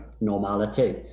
normality